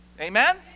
Amen